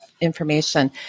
information